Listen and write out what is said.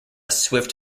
swift